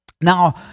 Now